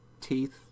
teeth